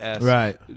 Right